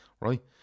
right